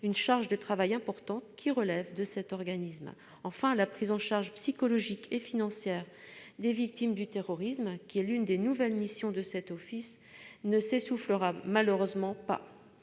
une charge de travail importante, qui relève de cet organisme. Enfin, la prise en charge psychologique et financière des victimes du terrorisme, qui est l'une des nouvelles missions de cet office, ne s'essoufflera malheureusement pas.